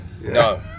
no